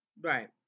Right